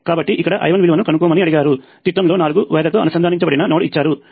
కాబట్టి ఇక్కడ I1 విలువను కనుక్కోమని అడిగారు చిత్రంలో నాలుగు వైర్లతో అనుసంధానించబడిన నోడ్ ఇచ్చారు